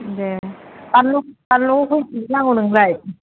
दे बानलु बानलु खै केजि नांगौ नोंनोलाय